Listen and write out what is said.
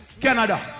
Canada